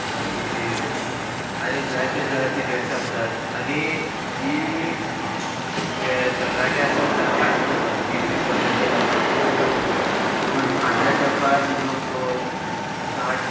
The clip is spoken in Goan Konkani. मागीर आनीक जायते तराची दुयेंसां जातात आनी ही जे तरणाटे आसात तांकांच जातात तीस तीस वर्सांच्या लोकांक देखून जातात पूण आदले तेंपार लोक साठ